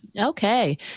Okay